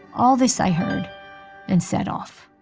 all this i heard and set off